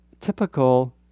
typical